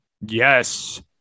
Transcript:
Yes